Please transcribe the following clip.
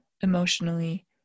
emotionally